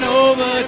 over